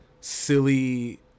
silly